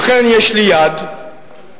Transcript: אכן, יש לי יד בעובדה